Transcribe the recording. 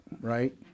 right